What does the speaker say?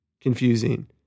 confusing